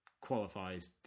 qualifies